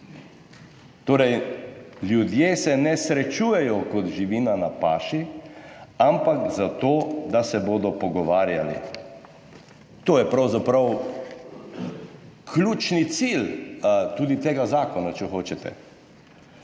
Torej ljudje se ne srečujejo kot živina na paši, ampak zato, da se bodo pogovarjali. To je pravzaprav tudi ključni cilj tega zakona, če hočete.